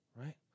right